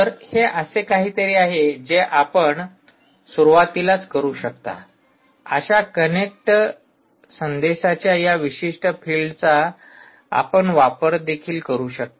तर हे असे काहीतरी आहे जे आपण सुरुवातीलाच करू शकता अशा कनेक्ट संदेशाच्या या विशिष्ट फील्डचा आपण देखील वापर करू शकता